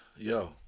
Yo